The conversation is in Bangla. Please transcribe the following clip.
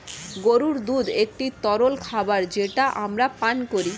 গরুর দুধ একটি তরল খাবার যেটা আমরা পান করি